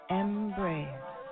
embrace